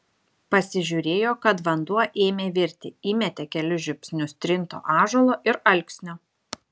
pasižiūrėjo kad vanduo ėmė virti įmetė kelis žiupsnius trinto ąžuolo ir alksnio